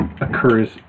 occurs